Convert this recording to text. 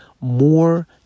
more